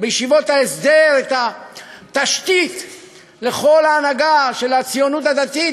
בישיבות ההסדר את התשתית לכל ההנהגה של הציונות הדתית,